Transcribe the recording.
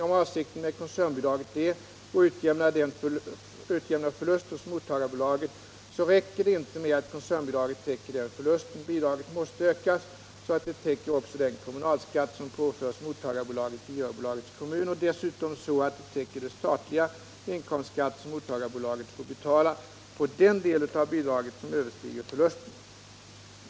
Om avsikten med koncernbidraget är att utjämna förlust hos mottagarbolaget, räcker det inte med att koncernbidraget täcker denna förlust. Bidraget måste ökas så att det täcker också den kommunalskatt som påförs mottagarbolaget i givarbolagets kommun och dessutom så att det täcker den statliga inkomstskatt som mottagarbolaget får betala på den del av bidraget som överstiger förlusten.